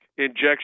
injection